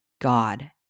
God